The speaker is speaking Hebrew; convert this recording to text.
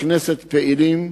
בתי-הכנסת בה פעילים,